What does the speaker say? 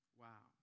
wow